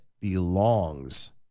belongs